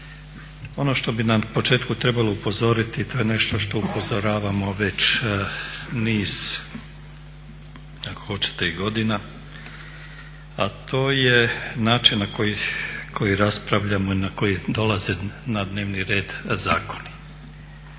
Ono što bi na početku trebalo upozoriti, to je nešto što upozoravamo već niz ako hoćete i godina, a to je način na koji raspravljamo i na koji dolaze na dnevni red zakoni.